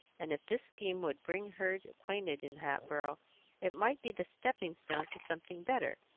and if this scheme would bring her acquainted in hatboro' it might be the stepping-stone to something better,